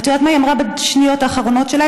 ואת יודעת מה היא אמרה בשניות האחרונות שלה?